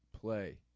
play